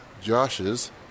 Josh's